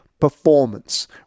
performance